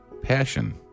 passion